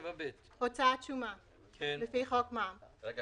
אז חבל